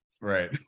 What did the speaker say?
Right